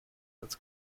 als